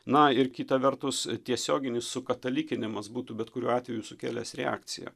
na ir kita vertus tiesioginis sukatalikinimas būtų bet kuriuo atveju sukėlęs reakciją